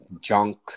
junk